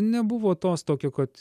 nebuvo tos tokio kad